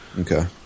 Okay